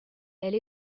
elle